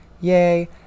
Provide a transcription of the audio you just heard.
yay